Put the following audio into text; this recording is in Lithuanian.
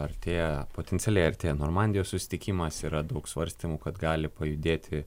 artėja potencialiai artėja normandijos susitikimas yra daug svarstymų kad gali pajudėti